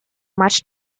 much